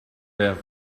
were